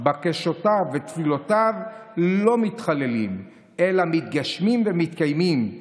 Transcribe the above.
בקשותיו ותפילותיו לא מתחללות אלא מתגשמות ומתקיימות.